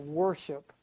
worship